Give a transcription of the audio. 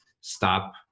stop